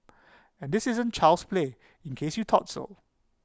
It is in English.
and this isn't child's play in case you thought so